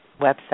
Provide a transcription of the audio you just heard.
website